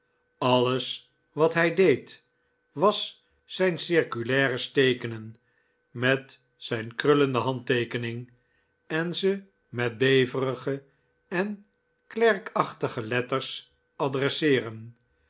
alles wat hij deed was zijn circulaires teekenen met zijn krullende handteekening en ze met beverige en klerkachtige letters adresseeren